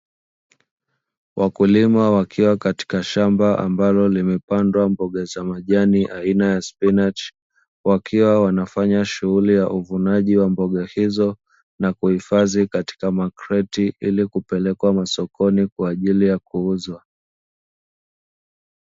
Wakulima wakiwa katika shamba ambalo limepandwa mboga za majani aina ya spinachi, wakiwa wanafanya shughuli ya uvunaji wa mboga hizo na kuhifadhi katika makreti, ili kupelekwa sokoni kwa ajili ya kuuzwa.